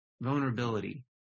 vulnerability